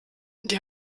die